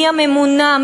מי הממונה,